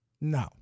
No